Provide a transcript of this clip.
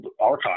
Archive